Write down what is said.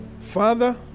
Father